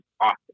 awesome